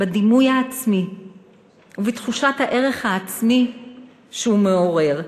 בדימוי העצמי ובתחושת הערך העצמי שהוא מעורר.